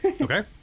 okay